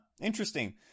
interesting